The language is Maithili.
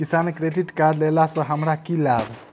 किसान क्रेडिट कार्ड लेला सऽ हमरा की लाभ?